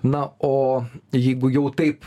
na o jeigu jau taip